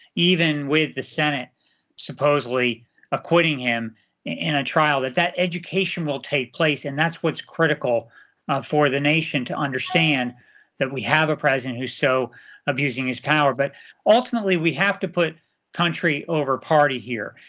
even with the senate supposedly acquitting him in a trial, that that education will take place. and that's what's critical for the nation to understand that we have a president whose so abusing his power. but ultimately, we have to put country over party here.